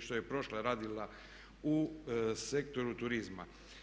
što je i prošla radila u sektoru turizma.